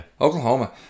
Oklahoma